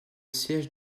siège